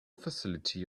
facility